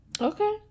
Okay